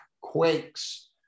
quakes